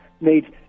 made